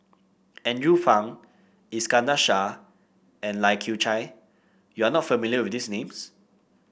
Andrew Phang Iskandar Shah and Lai Kew Chai you are not familiar with these names